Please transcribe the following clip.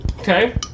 okay